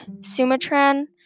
sumatran